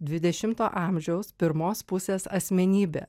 dvidešimto amžiaus pirmos pusės asmenybė